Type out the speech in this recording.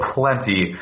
plenty